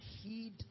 heed